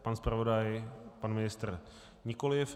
Pan zpravodaj, pan ministr nikoliv.